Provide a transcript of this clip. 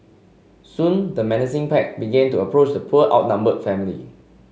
soon the menacing pack began to approach the poor outnumbered family